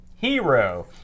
Hero